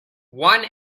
one